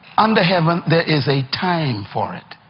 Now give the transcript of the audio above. under heaven, there is a time for it.